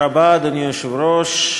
אדוני היושב-ראש,